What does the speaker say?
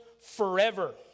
forever